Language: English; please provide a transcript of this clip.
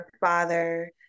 father